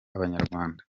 abanyarwanda